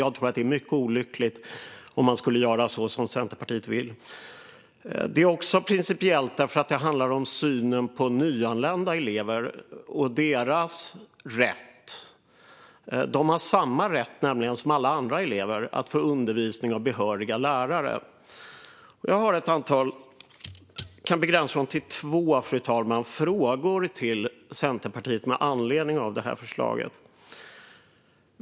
Jag tror att det vore mycket olyckligt att göra så som Centerpartiet vill. Det är principiellt viktigt också därför att det handlar om synen på nyanlända elever och deras rätt. De har nämligen samma rätt som alla andra elever att få undervisning av behöriga lärare. Jag har två frågor till Centerpartiet med anledning av det här förslaget.